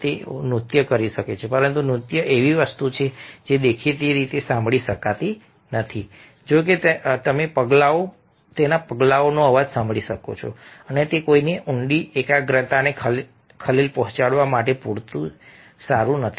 તેઓ નૃત્ય કરી શકે છે પરંતુ નૃત્ય એવી વસ્તુ છે જે દેખીતી રીતે સાંભળી શકાતી નથી જો કે તમે પગલાઓ સાંભળી શકો છો અને તે કોઈની ઊંડી એકાગ્રતાને ખલેલ પહોંચાડવા માટે પૂરતું સારું નથી